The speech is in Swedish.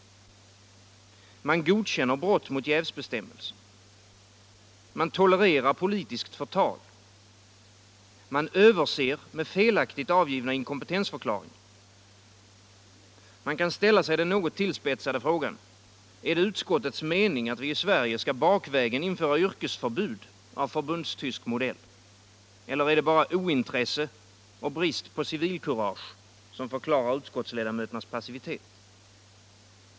Man godkänner brott mot jävsbestämmelser. Man tolererar politiskt förtal. Man överser med felaktigt avgivna inkompetensförklaringar. Men den något tillspetsade frågan kan ställas: Är det utskottets mening att vi i Sverige bakvägen skall införa yrkesförbud av västtysk modell? Eller är det bara ointresse och brist på civilkurage, som förklarar utskottsledamöternas passivitet?